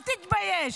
אל תתבייש.